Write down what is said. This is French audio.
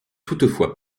toutefois